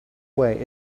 way